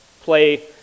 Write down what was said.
play